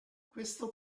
questo